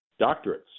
doctorates